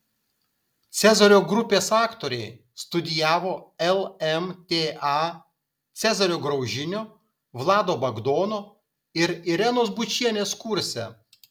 cezario grupės aktoriai studijavo lmta cezario graužinio vlado bagdono ir irenos bučienės kurse